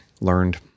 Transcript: learned